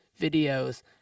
videos